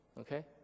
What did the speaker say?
okay